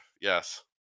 Yes